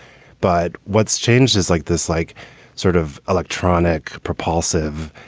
but what's changed is like this, like sort of electronic, propulsive,